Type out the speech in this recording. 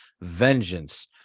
vengeance